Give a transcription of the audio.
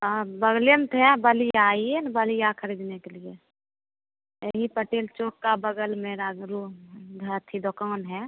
कहाँ बगलेम थेया बलिया आइए ना बलिया खरीदने के लिए यही पटेल चोक का बगल में राजरूह धा की दुकान है